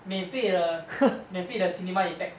免费得免费的 cinema effect